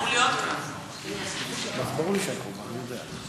הוא אמור להיות כאן.